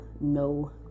no